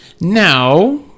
Now